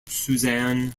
suzanne